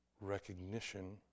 recognition